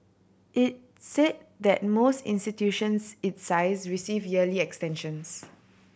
it say that most institutions its size receive yearly extensions